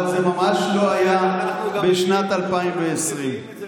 אבל זה ממש לא היה בשנת 2020. אנחנו מביאים את זה